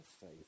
faith